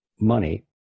money